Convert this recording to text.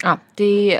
a tai